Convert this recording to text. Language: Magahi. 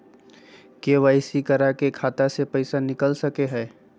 के.वाई.सी करा के खाता से पैसा निकल सके हय?